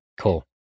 cool